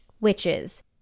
witches